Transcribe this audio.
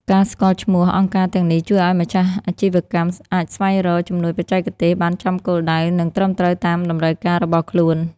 ការស្គាល់ឈ្មោះអង្គការទាំងនេះ ជួយឱ្យម្ចាស់អាជីវកម្មអាចស្វែងរក "ជំនួយបច្ចេកទេស" បានចំគោលដៅ និងត្រឹមត្រូវតាមតម្រូវការរបស់ខ្លួន។